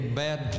bad